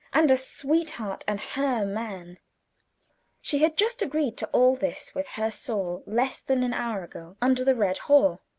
and a sweetheart, and her man she had just agreed to all this with her soul, less than an hour ago under the red haw.